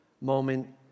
moment